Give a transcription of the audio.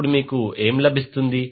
అప్పుడు మీకు ఏం లభిస్తుంది